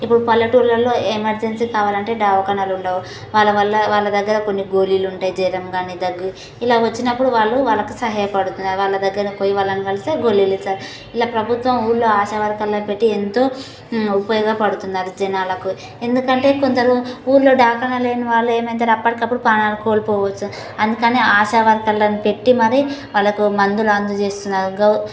ఇప్పుడు పల్లెటూర్లలో ఎమర్జెన్సీ కావాలంటే ధవాఖానలు ఉండవు వాళ్ళ వల్ల వాళ్ళ దగ్గర కొన్ని గోలీలు ఉంటాయి జ్వరం కానీ దగ్గు ఇలా వచ్చినప్పుడు వాళ్ళు వాళ్ళకి సహాయపడుతున్నారు వాళ్ళ దగ్గరికి పోయి వాళ్ళని కలిస్తే గోలీలు ఇస్తారు ఇలా ప్రభుత్వం ఊరులో ఆశా వర్కర్లను పెట్టి ఎంతో ఉపయోగపడుతున్నారు జనాలకు ఎందుకంటే కొందరు ఊర్లో ధవాఖానలు లేని వాళ్ళ ఏమవుతారు అప్పటికప్పుడు ప్రాణాలు కోల్పోవచ్చు అందుకని ఆశా వర్కర్లను పెట్టి మరి వాళ్ళకి మందులు అందజేస్తున్నారు గౌరు